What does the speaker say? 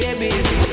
baby